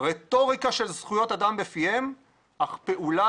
רטוריקה של זכויות אדם בפיהם אך פעולה